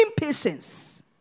Impatience